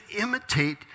imitate